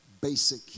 basic